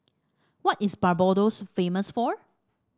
what is Barbados famous for